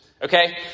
Okay